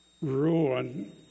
ruin